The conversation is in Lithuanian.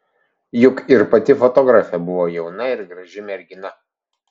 juk ir pati fotografė buvo jauna ir graži mergina